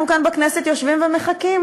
אנחנו כאן, בכנסת, יושבים ומחכים,